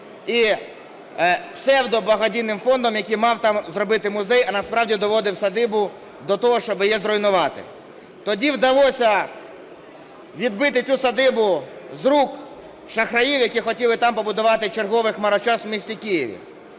і псевдо-благодійним фондом, який мав там зробити музей, а насправді доводив садибу до того, щоб її зруйнувати. Тоді вдалося відбити цю садибу з рук шахраїв, які хотіли там побудувати черговий хмарочос у місті Києві.